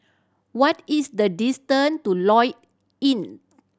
what is the distant to Lloyds Inn